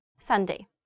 Sunday